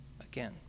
again